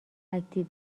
اکتیو